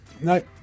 no